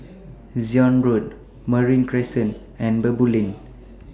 Zion Road Marine Crescent and Baboo Lane